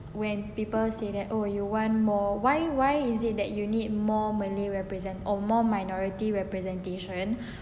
when people say that oh you want more why why is it that you need more many represents or more minority representation